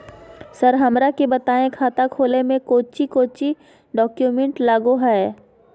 Sir हमरा के बताएं खाता खोले में कोच्चि कोच्चि डॉक्यूमेंट लगो है?